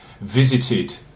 visited